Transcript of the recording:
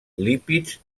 lípids